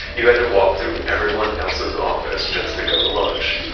you had to walk through everyone else's office just to go to lunch.